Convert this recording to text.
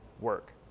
work